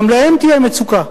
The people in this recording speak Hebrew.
גם להם תהיה מצוקה,